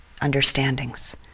understandings